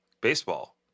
baseball